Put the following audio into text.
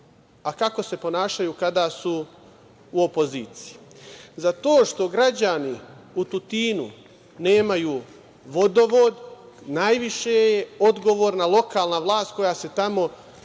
a kako se ponašaju kada su u opoziciji. Za to što građani u Tutinu nemaju vodovod najviše je odgovorna lokalna vlast koja se tamo